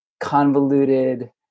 convoluted